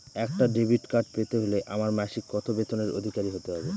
একটা debit card পেতে হলে আমার মাসিক কত বেতনের অধিকারি হতে হবে?